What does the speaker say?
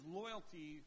loyalty